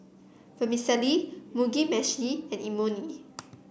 Vermicelli Mugi Meshi and Imoni